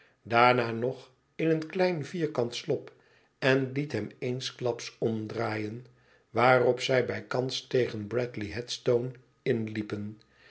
daarna nog in een klein vierkant slop en liet hem eensklaps omdraaien waarop zij bijkans tegen bradley headstone inliepen